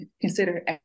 consider